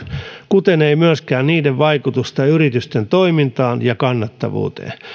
kuten ei myöskään niiden vaikutusta yritysten toimintaan ja kannattavuuteen